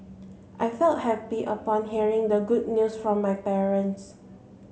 I felt happy upon hearing the good news from my parents